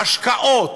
בהשקעות,